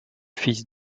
fils